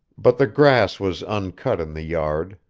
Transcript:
but the grass was uncut in the yard,